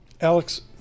Alex